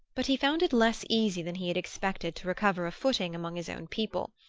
but he found it less easy than he had expected to recover a footing among his own people.